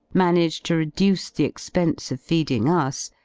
manage to reduce the expense of feeding us,